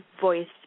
Voice